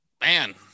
Man